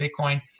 Bitcoin